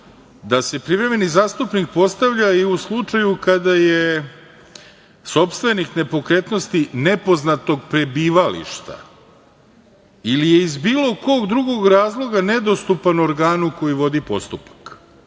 da se privremeni zastupnik postavlja i u slučaju kada je sopstvenik nepokretnosti nepoznatog prebivališta ili je iz bilo kog drugog razloga nedostupan organu koji vodi postupak.